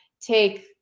take